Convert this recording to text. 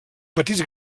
petits